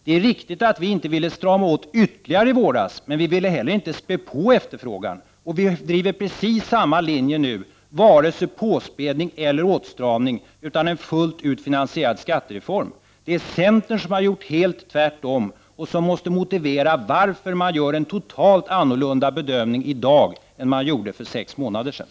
Det är riktigt att vi inte ville strama åt ytterligare i våras, men vi ville heller inte spä på efterfrågan. Vi driver precis samma linje nu, varken påspädning eller åtstramning, utan en fullt ut finansierad skattereform. Det är centern som gjort tvärtom och som måste motivera varför man gör en totalt annorlunda bedömning i dag än man gjorde för sex månader sedan.